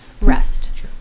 Rest